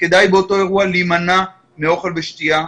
כדאי באותו אירוע להימנע מאוכל והשתייה.